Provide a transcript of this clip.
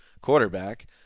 quarterback